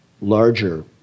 larger